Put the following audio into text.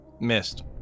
Missed